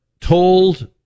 told